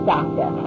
Doctor